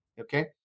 okay